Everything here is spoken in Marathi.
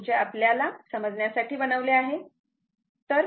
ते पुढे हा भाग घेऊ या आधी मी हे साफ करतो